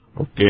okay